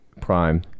prime